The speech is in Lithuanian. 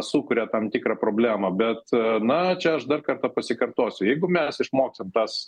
sukuria tam tikrą problemą bet na čia aš dar kartą pasikartosiu jeigu mes išmokstam tas